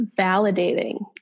validating